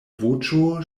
voĉo